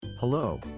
Hello